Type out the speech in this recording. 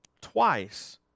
twice